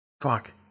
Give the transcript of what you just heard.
Fuck